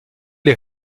les